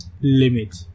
limit